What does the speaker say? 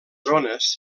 ones